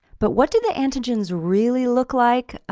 but what do the antigens really look like?